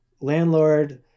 landlord